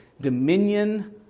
dominion